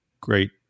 great